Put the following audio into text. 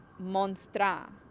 Monstra